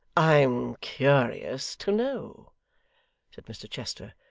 i am curious to know said mr chester,